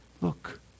look